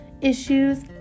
issues